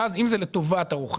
ואז אם זה לטובת הרוכש,